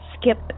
skip